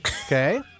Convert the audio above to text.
Okay